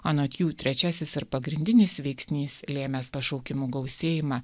anot jų trečiasis ir pagrindinis veiksnys lėmęs pašaukimų gausėjimą